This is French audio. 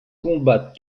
combat